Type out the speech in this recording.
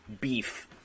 beef